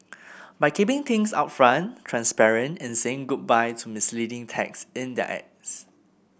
by keeping things upfront transparent and saying goodbye to misleading text in their ads